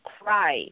cry